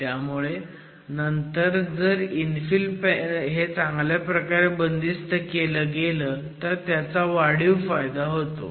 त्यामुळे नंतर जर इन्फिल हे चांगल्या प्रकारे बंदिस्त केलं गेलं तर त्याचा वाढीव फायदा होतो